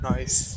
Nice